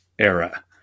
era